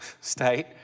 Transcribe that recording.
state